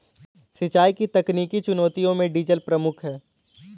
सिंचाई की तकनीकी चुनौतियों में डीजल प्रमुख है